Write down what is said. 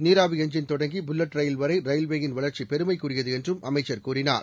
நீராவி எஞ்ஜின் தொடங்கி bullet rail வரைரயில்வேயின் வளர்ச்சிபெருமைக்குரியதுஎன்றும் அமைச்சர் கூறினார்